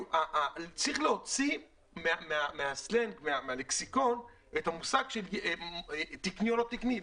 צריך להוציא מהלכסיקון את המוסד של תקני או לא תקני.